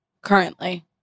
currently